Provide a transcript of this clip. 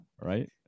right